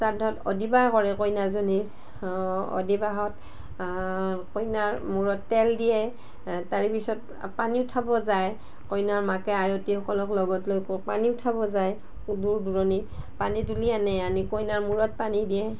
শ্ৰাদ্ধত অদিবাহ কৰে কইনাজনীৰ অদিবাহত কইনাৰ মূৰত তেল দিয়ে তাৰে পিছত পানী উঠাব যায় কইনাৰ মাকে আয়তীসকলক লগত লৈ ক পানী উঠাব যায় দূৰ দূৰণি পানী তুলি আনে আনি কইনাৰ মূৰত পানী দিয়ে